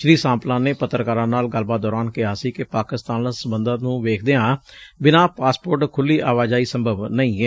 ਸ੍ਰੀ ਸਾਂਪਲਾ ਨੇ ਪੱਤਰਕਾਰਾਂ ਨਾਲ ਗੱਲਬਾਤ ਦੌਰਾਨ ਕਿਹਾ ਸੀ ਕਿ ਪਾਕਿਸਤਾਨ ਨਾਲ ਸਬੰਧਾਂ ਨੂੰ ਵੇਖਦਿਆਂ ਬਿਨਾ ਪਾਸਪੋਰਟ ਖੁਲੀ ਆਵਾਜਾਈ ਸੰਭਵ ਨਹੀਂ ਏ